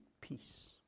peace